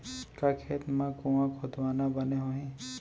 का खेत मा कुंआ खोदवाना बने होही?